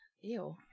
Ew